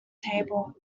table